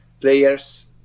players